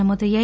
నమోదయ్యాయి